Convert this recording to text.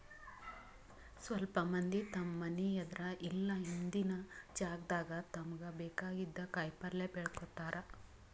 ಸ್ವಲ್ಪ್ ಮಂದಿ ತಮ್ಮ್ ಮನಿ ಎದ್ರ್ ಇಲ್ಲ ಹಿಂದಿನ್ ಜಾಗಾದಾಗ ತಮ್ಗ್ ಬೇಕಾಗಿದ್ದ್ ಕಾಯಿಪಲ್ಯ ಬೆಳ್ಕೋತಾರ್